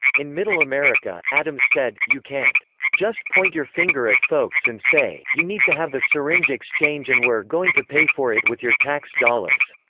in middle america, adams said, you can't just point your finger at folks and say, you need to have a syringe exchange and we're going to pay for it with your tax dollars